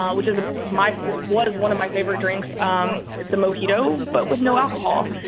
um which is ah my what is one of my favorite drinks. um it's a mosquito, but with no alcohol.